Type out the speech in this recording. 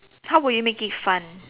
how would you make it fun